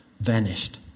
vanished